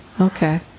Okay